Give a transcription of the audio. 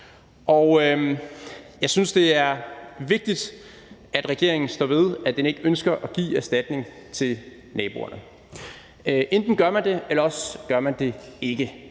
Jeg synes, det er vigtigt, at regeringen står ved, at den ikke ønsker at give erstatning til naboerne. Enten gør man det, eller også gør man det ikke.